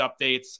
updates